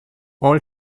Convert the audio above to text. all